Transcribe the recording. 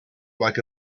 like